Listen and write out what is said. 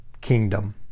kingdom